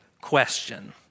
question